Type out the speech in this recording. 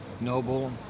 noble